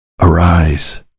arise